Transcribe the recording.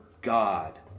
God